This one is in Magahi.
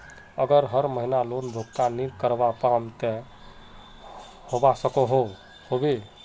अगर हर महीना लोन भुगतान नी करवा पाम ते की होबे सकोहो होबे?